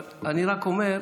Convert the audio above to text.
אבל אני רק אומר,